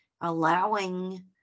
allowing